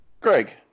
Greg